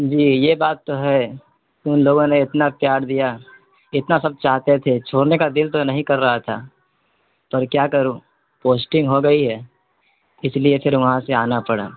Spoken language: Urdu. جی یہ بات تو ہے ان لوگوں نے اتنا پیار دیا اتنا سب چاہتے تھے چھوڑنے کا دل تو نہیں کر رہا تھا پر کیا کروں پوسٹنگ ہو گئی ہے اس لیے پھر وہاں سے آنا پڑا